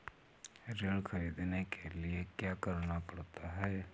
ऋण ख़रीदने के लिए क्या करना पड़ता है?